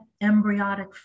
embryonic